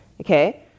Okay